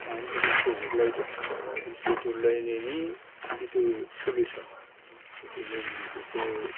मानि थाखाय सौग्रावलायदों बा बि सौग्रावलायनायनि जितु सलुसन जितु जों बिखो